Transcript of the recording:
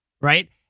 Right